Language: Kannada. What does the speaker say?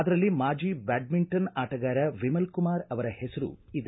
ಅದರಲ್ಲಿ ಮಾಜಿ ಬ್ಕಾಡ್ಕಿಂಟನ್ ಆಟಗಾರ ವಿಮಲ್ ಕುಮಾರ್ ಅವರ ಹೆಸರೂ ಇದೆ